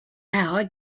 hour